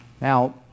Now